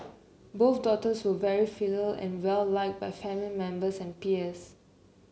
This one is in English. both daughters were very filial and well like by family members and peers